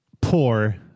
poor